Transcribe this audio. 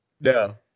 No